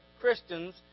Christians